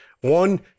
One